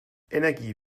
energie